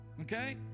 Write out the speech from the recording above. okay